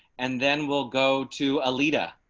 and then we'll go to a leader.